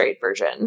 version